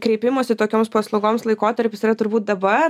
kreipimosi tokioms paslaugoms laikotarpis yra turbūt dabar